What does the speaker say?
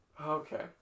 Okay